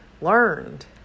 learned